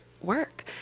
work